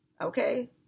Okay